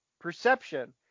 perception